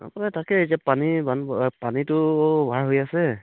আপোনাৰ তাকেই যে পানী বান পানীটো অভাৰ হৈ আছে